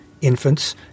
Infants